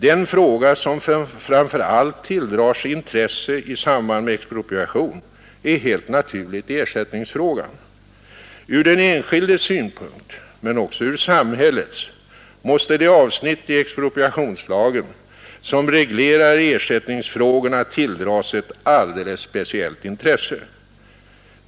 Den fråga som särskilt tilldrar sig intresse i samband med expropriation är helt naturligt ersättningsfrågan. Från den enskildes synpunkt — men också från samhällets — måste de avsnitt i expropriationslagen, som reglerar ersättningsfrågorna, tilldra sig ett alldeles speciellt intresse.